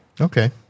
Okay